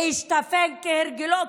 השתפן כהרגלו,